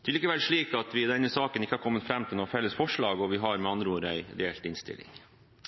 Det er likevel slik at vi i denne saken ikke har kommet fram til et felles forslag, og vi har med andre ord en delt innstilling.